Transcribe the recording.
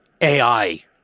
ai